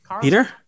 Peter